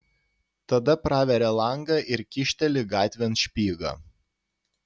tada praveria langą ir kyšteli gatvėn špygą